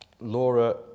Laura